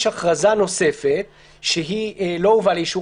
יש הכרזה נוספת שהיא לא הובאה לאישור